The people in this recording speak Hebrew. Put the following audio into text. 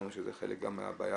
שזה גם חלק מהבעיה,